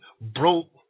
broke